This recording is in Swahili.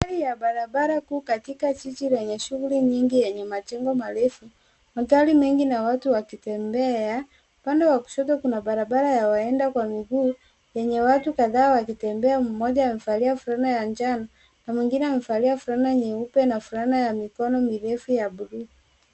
Ya barabara kuu katika jiji lenye shughuli nyingi yenye majengo marefu, mandhari mengi na watu wakitembea. Upande wa kushoto kuna barabara ya waenda kwa miguu yenye watu kadhaa wakitembea, mmoja amevalia fulana ya njano na mwingine amevalia fulana nyeupe na fulana ya mikono mirefu ya buluu.